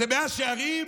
זה מאה שערים?